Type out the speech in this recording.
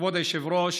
כבוד היושב-ראש,